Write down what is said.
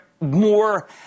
more